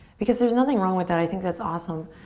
because there's nothing wrong with that, i think that's awesome.